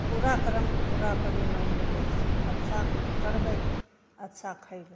बुरा करमके बुरा परिणाम मिलैत छै अच्छा करबै अच्छा खयबै